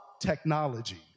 technology